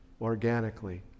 Organically